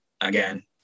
again